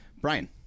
Brian